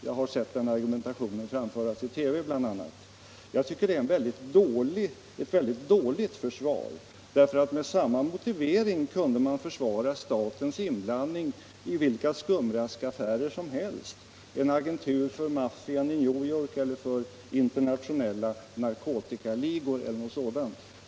Jag har hört den argumentationen framföras i TV bl.a., och jag tycker att det är ett väldigt dåligt försvar — med samma motivering kunde man försvara statens inblandning i vilka skumraskaffärer som helst, en agentur för maffian i New York, för internationella narkotikaligor eller någonting sådant.